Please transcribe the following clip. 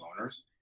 owners